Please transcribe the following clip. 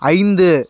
ஐந்து